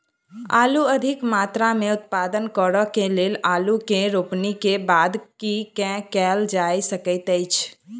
आलु अधिक मात्रा मे उत्पादन करऽ केँ लेल आलु केँ रोपनी केँ बाद की केँ कैल जाय सकैत अछि?